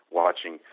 watching